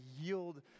yield